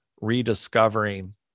rediscovering